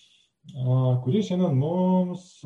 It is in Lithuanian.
a kuri šiandien mums